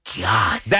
God